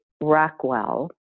rockwell